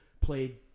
played